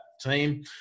team